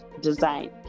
design